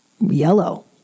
yellow